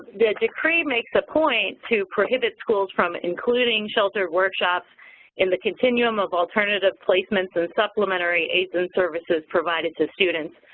the decree makes a point to prohibit schools from including sheltered workshops in the continuum of alternative placements and supplementary so services provided to students,